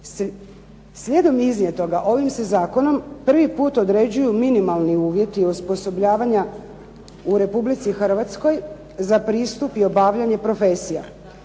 Slijedom iznijetoga ovim se zakonom prvi put određuju minimalni uvjeti osposobljavanja u Republici Hrvatskoj za pristup i obavljanje profesija.